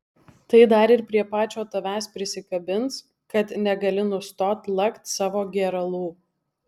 tai dar ir prie pačio tavęs prisikabins kad negali nustot lakt savo gėralų